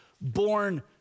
born